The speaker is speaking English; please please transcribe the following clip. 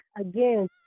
again